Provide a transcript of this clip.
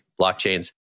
blockchains